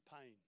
pain